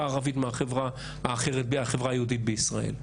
הערבית מהחברה האחרת בחברה היהודית בישראל.